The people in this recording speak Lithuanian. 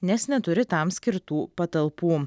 nes neturi tam skirtų patalpų